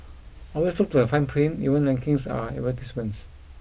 always look at the fine print even rankings are advertisements